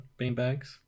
beanbags